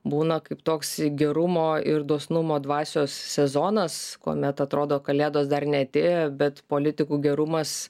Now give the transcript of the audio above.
būna kaip toks gerumo ir dosnumo dvasios sezonas kuomet atrodo kalėdos dar neatė bet politikų gerumas